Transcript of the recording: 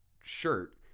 shirt